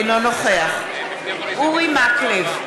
אינו נוכח אורי מקלב,